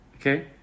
Okay